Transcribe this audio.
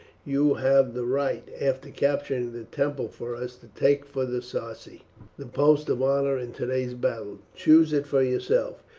you have the right, after capturing the temple for us, to take for the sarci the post of honour in today's battle. choose it for yourself.